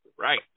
Right